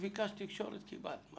ביקשת "תקשורת", וקיבלת.